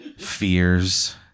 fears